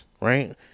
right